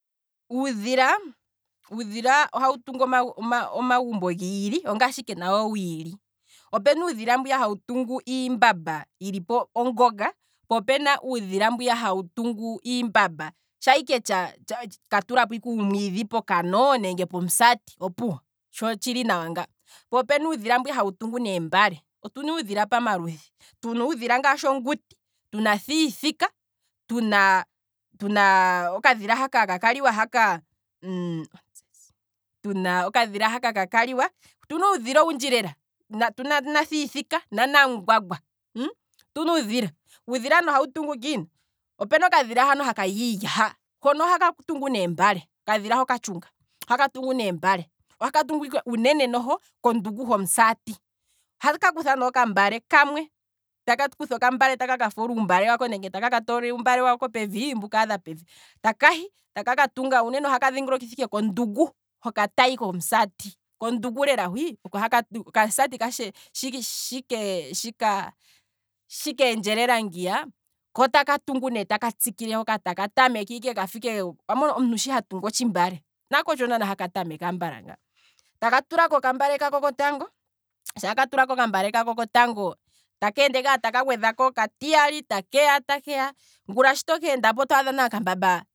Uudhila, uudhila ohawu tungu oma- oma- omagumbo giili, ongashi ike nawo wiili, opena uudhila mbwiya hawu tungu iimbamba yilipo ongonga, poopena uudhila mbwiya hawu tungu iimbamba sha- sha ike katulapo uumwidhi pokano, nenge pomusati opuwo tsho itshili nawa nga, po opena uudhila mbwiya hawu tungu neembale, otuna uudhila pamaludhi tuna uudhila ngaashi onguti, tuna thiithika, tuna tuna tuna okadhila haka kaka liwa haka, tuna okadhila haka kaka liwa, otuna uudhila owundji lela, tuna nathiithika, nanamungwangwa, otuna uudhila, uudhila ne ohawu tu ngiini, opuna okadhilahano hakali iilya ha, hono ohaka tungu neembale, okadhila ha okatshunga, ohaka tungu neembale, ohaka tungu uunene noho kondungu homusati, ohaka kutha ne okambale kamwe taka kutha ne okambale nenge taka ka toola uumbale wako pevi mbu kaadha pevi ko taka hi, taka ka tunga, uunene ohaka dhingolokitha ike kondungu hoka tayi komusati, kondungu lela hwii, okamusati shike shike shikeeee keendjelela ngiya, kootaka tungu ne taka tsikile ngiya kafa ike taka, taka tamekeike ngiya, owamona omuntu shi hatungu otshimbale, nako otsho naana haka tameke ike ambala ngaa, taka tulako okambale kako kotango sha ka tulako okambale kako kotango taka ende ngaa taka gwe dhako okatiyali, takeya takeya ngula shito keendapo otwaadha nale okambamba